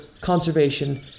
conservation